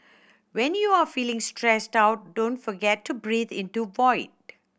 when you are feeling stressed out don't forget to breathe into void